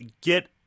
get